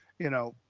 you know,